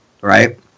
right